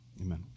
Amen